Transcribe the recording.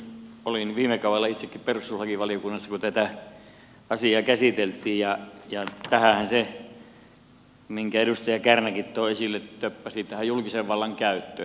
olin viime kaudella itsekin perustuslakivaliokunnassa kun tätä asiaa käsiteltiin ja tähän julkisen vallan käyttöönhän se töppäsi minkä edustaja kärnäkin toi sille kättä siitä julkisen vallan esille